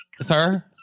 sir